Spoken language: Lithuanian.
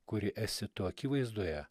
kuri esi to akivaizdoje